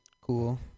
Cool